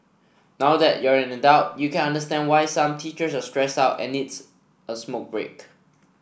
now that you're an adult you can understand why some teachers are stressed out and needs a smoke break